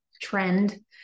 trend